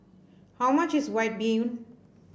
how much is White Bee Hoon